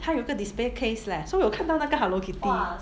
他有一个 display case leh so 我有看到那个 hello kitty